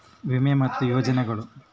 ವಿಮೆ ಮತ್ತೆ ಯೋಜನೆಗುಳು